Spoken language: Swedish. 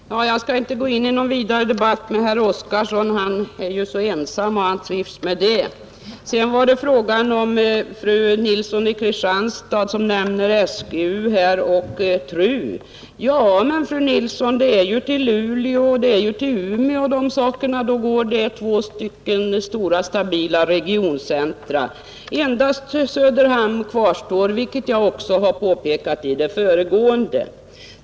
Fru talman! Jag skall inte gå in i någon längre debatt med herr Oskarson — han är ensam om sin uppfattning och han trivs ju med det! Fru Nilsson i Kristianstad nämnde SGU och TRU. Ja, men fru Nilsson, det är ju till Luleå och till Umeå som de organisationerna skall lokaliseras — till två stora stabila regioncentra. Endast Söderhamn kvarstår, vilket jag också har påpekat i det föregående.